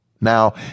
Now